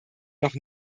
noch